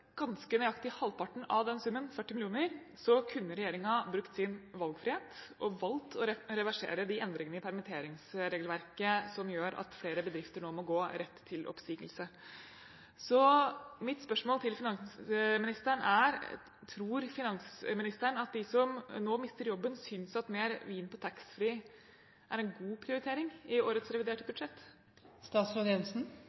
ganske nøyaktig halvparten av den summen, 40 mill. kr, kunne regjeringen brukt sin valgfrihet til å reversere de endringene i permitteringsregelverket som gjør at flere bedrifter nå må gå rett til oppsigelse. Mitt spørsmål til finansministeren er: Tror finansministeren at de som nå mister jobben, synes at mer vin på taxfree er en god prioritering i årets reviderte